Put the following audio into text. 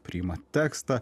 priima tekstą